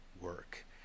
work